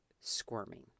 squirming